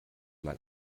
mal